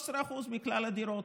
13% מכלל הדירות